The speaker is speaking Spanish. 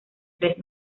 tres